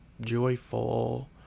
joyful